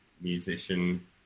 musician